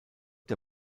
der